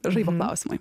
žaibo klausimai